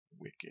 wicked